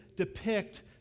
Depict